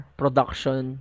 production